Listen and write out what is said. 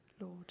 Lord